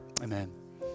Amen